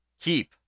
keep